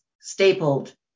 stapled